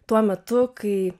tuo metu kai